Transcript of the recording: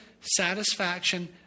satisfaction